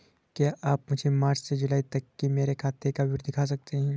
क्या आप मुझे मार्च से जूलाई तक की मेरे खाता का विवरण दिखा सकते हैं?